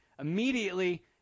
Immediately